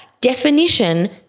definition